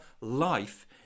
life